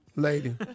lady